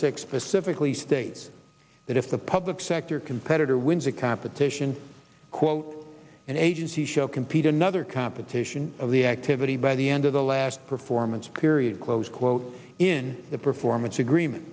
six pacifically states that if the public sector competitor wins a competition quote an agency show can p to another computation of the activity by the end of the last performance period close quote in the performance agreement